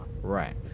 Right